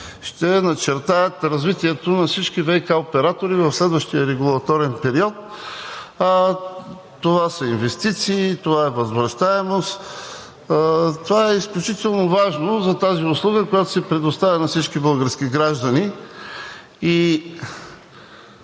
ще начертаят развитието на всички ВиК оператори в следващия регулаторен период, а това са инвестиции, това е възвръщаемост, това е изключително важно за тази услуга, която се предоставя на всички български граждани и